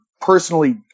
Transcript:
personally